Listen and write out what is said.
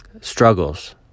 struggles